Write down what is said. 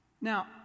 Now